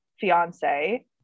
fiance